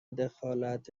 دخالت